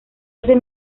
ese